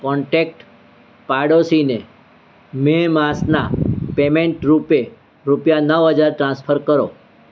contact પાડોશીને May માસના payment રૂપે રૂપિયા નવ હજાર ટ્રાન્સફર કરો